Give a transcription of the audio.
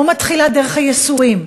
פה מתחילה דרך הייסורים,